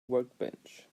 workbench